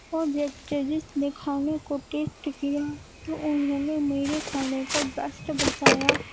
اور جب ججس نے کھانے کو ٹیسٹ کیا تو انہوں نے میرے کھانے کو بیسٹ بتایا